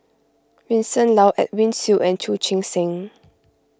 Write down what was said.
Vincent Leow Edwin Siew and Chu Chee Seng